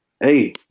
hey